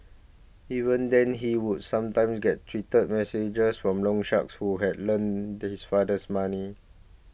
even then he would sometimes get treated messages from loan sharks who had lent his fathers money